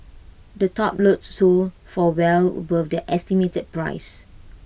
the top lots sold for well above their estimated price